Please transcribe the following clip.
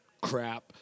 crap